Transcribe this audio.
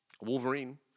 Wolverine